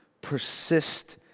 Persist